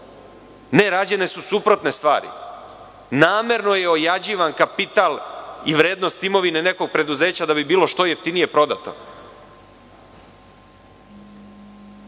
Ne, rađene su suprotne stvari. Namerno je ojađivan kapital i vrednost imovine nekog preduzeća da bi bilo što jeftinije prodato.